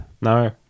no